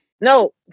No